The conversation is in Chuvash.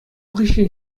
хыҫҫӑн